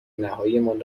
نهاییمان